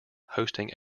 hosting